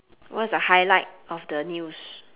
what's the highlight of the news